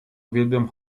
uwielbiam